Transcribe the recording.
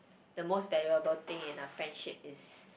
the most valuable thing in a friendship is